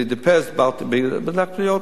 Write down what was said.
אלי דפס, דיברתי, בדקתי,